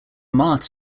masts